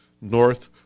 North